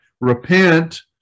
repent